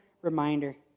reminder